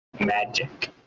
magic